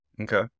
Okay